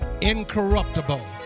incorruptible